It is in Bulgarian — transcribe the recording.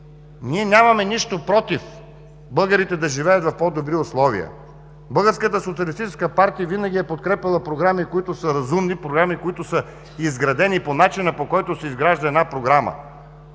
Ние нямаме нищо против българите да живеят в по-добри условия. Българската социалистическа партия винаги е подкрепяла програми, които са разумни, които са изградени по начина, по който се изгражда една програма.